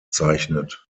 bezeichnet